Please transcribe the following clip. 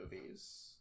movies